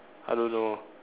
I don't know